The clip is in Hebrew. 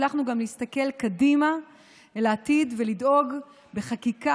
הצלחנו גם להסתכל קדימה אל העתיד ולדאוג לחקיקה